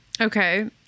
okay